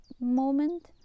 moment